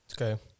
Okay